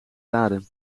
lade